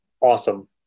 awesome